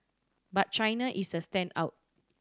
but China is the standout